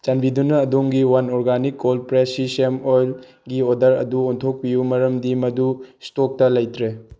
ꯆꯥꯟꯕꯤꯗꯨꯅ ꯑꯗꯣꯝꯒꯤ one organic cold press sesame ꯑꯣꯏꯜꯒꯤ ꯑꯣꯔꯗꯔ ꯑꯗꯨ ꯑꯣꯟꯊꯣꯛꯄꯤꯌꯨ ꯃꯔꯝꯗꯤ ꯃꯗꯨ ꯏꯁꯇꯣꯛꯇ ꯂꯩꯇ꯭ꯔꯦ